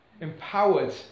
empowered